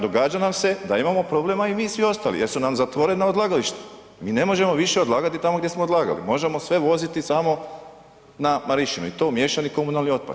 Događa nam se da imamo problema i mi svi ostali jer su nam zatvorena odlagališta, mi ne možemo više odlagati tamo gdje smo odlagali, možemo sve voziti samo na Marišćinu i to miješani komunalni otpad.